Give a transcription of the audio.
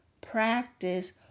practice